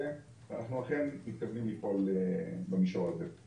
זה נשמע לי כאילו הדיבור הזה לא היה,